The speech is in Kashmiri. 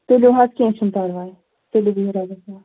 تُلِو حظ کیٚنٛہہ چھُنہٕ پَرواے تُلِو بِہِو رۄبَس حوالہٕ